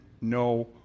no